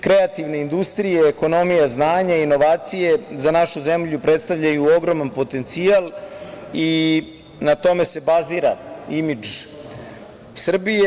Kreativne industrije, ekonomije, znanje, inovacije, za našu zemlju predstavljaju ogroman potencijal i na tome se bazira imidž Srbije.